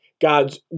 God's